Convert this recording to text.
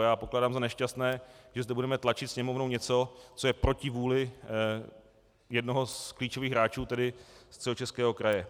Já pokládám za nešťastné, že zde budeme tlačit Sněmovnou něco, co je proti vůli jednoho z klíčových hráčů, tedy Středočeského kraje.